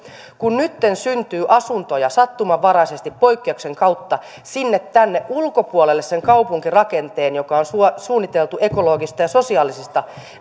kun nytten syntyy asuntoja sattumanvaraisesti poikkeuksen kautta sinne tänne ulkopuolelle sen kaupunkirakenteen joka on suunniteltu ekologisista ja sosiaalisista